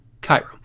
Cairo